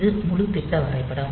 இது முழு திட்ட வரைபடம்